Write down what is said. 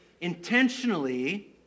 intentionally